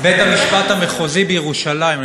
בית-המשפט המחוזי בירושלים,